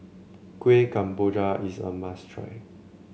Kuih Kemboja is a must try